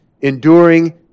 enduring